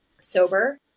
sober